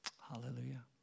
hallelujah